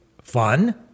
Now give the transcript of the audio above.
fun